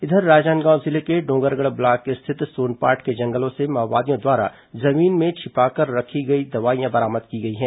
इधर राजनांदगांव जिले के डोंगरगढ़ ब्लॉक स्थित सोनपाठ के जंगलों से माओवादियों द्वारा जमीन के नीचे छिपाकर रखी गई दवाइयां बरामद की गई हैं